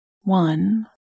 one